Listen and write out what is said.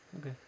Okay